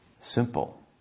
simple